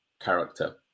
character